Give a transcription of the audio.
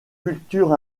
culture